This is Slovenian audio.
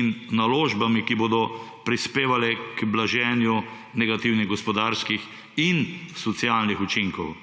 in naložbami, ki bodo prispevale k blaženju negativnih gospodarskih in socialnih učinkov,